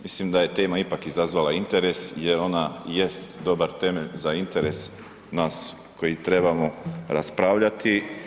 Mislim da je tema ipak izazvala interes jer ona jest dobar temelj za interes nas koji trebamo raspravljati.